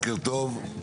בוקר טוב.